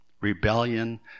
rebellion